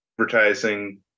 advertising